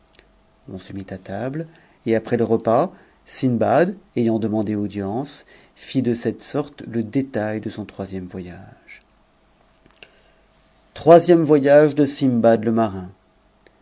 on se mit à table et après le repas sindbad ayant emandé audience fit de cette sorte le détail de son troisième voyage troisième voyage de sindbad